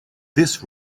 this